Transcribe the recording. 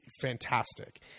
fantastic